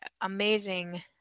amazing